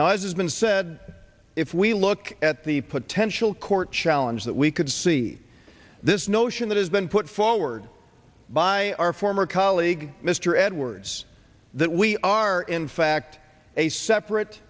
now as has been said if we look at the potential court challenge that we could see this notion that has been put forward by our former colleague mr edwards that we are in fact a separate